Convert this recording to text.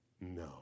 No